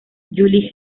julie